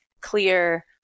clear